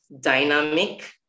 dynamic